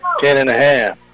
ten-and-a-half